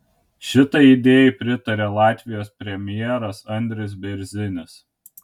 šitai idėjai pritarė latvijos premjeras andris bėrzinis